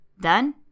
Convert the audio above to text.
Done